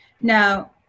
now